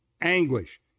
anguish